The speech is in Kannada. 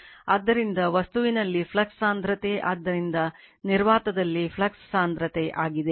ಆದ್ದರಿಂದ ವಸ್ತುವಿನಲ್ಲಿ ಫ್ಲಕ್ಸ್ ಸಾಂದ್ರತೆ ಆದ್ದರಿಂದ ನಿರ್ವಾತದಲ್ಲಿ ಫ್ಲಕ್ಸ್ ಸಾಂದ್ರತೆ ಆಗಿದೆ